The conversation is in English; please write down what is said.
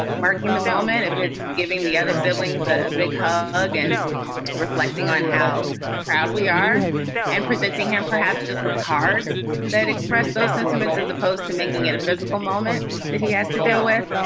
marking the moment if it's giving the other siblings a big hug and reflecting on how proud we are and presents him perhaps just with cards that express those sentiments as opposed to making it a physical moment that he has to deal with.